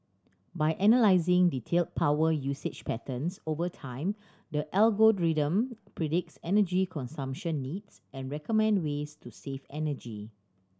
by analysing detailed power usage patterns over time the algorithm predicts energy consumption needs and recommend ways to save energy